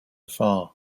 far